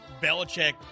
Belichick